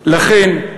לכן,